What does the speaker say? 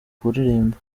kuririmba